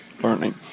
learning